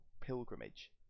pilgrimage